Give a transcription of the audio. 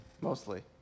Mostly